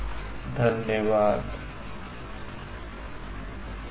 Thank you धन्यवाद I